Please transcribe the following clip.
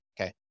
okay